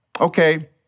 Okay